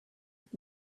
with